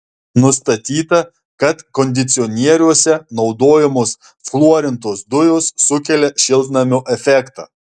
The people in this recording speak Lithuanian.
nustatyta kad kondicionieriuose naudojamos fluorintos dujos sukelia šiltnamio efektą